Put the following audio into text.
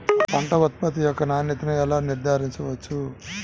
పంట ఉత్పత్తి యొక్క నాణ్యతను ఎలా నిర్ధారించవచ్చు?